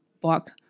book